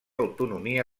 autonomia